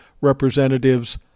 Representatives